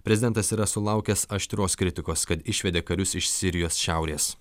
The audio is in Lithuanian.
prezidentas yra sulaukęs aštrios kritikos kad išvedė karius iš sirijos šiaurės